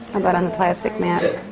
about on the plastic map?